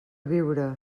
biure